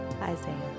Isaiah